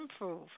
improve